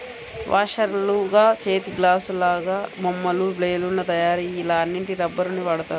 వాషర్లుగా, చేతిగ్లాసులాగా, బొమ్మలు, బెలూన్ల తయారీ ఇలా అన్నిటికి రబ్బరుని వాడుతారు